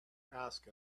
ask